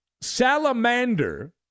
salamander